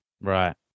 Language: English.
Right